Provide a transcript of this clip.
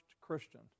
Christian